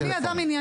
אני אדם ענייני.